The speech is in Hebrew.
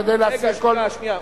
כדי להסיר כל, רגע, שנייה שנייה.